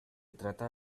trata